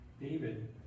David